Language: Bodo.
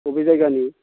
बबे जायगानि